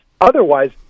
otherwise